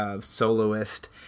soloist